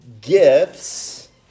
gifts